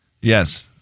Yes